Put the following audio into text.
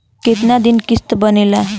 कितना दिन किस्त बनेला?